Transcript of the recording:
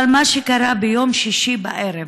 אבל מה שקרה ביום שישי בערב,